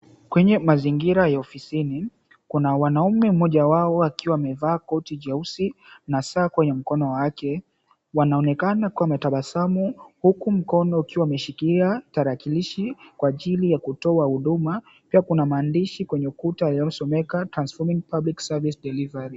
Kwenye mazingira ya ofisini kuna wanaume mmoja wao akiwa amevaa koti jeusi na saa kwenye mkono wake, wanaonekana wakiwa wametabasamu huku mkono ukiwa imeshikilia tarakilishi kwa ajili ya kutoa huduma kuna maandishi kwenye ukuta yanayosomeka, Transforming public service delivery .